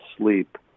sleep